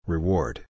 Reward